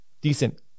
decent –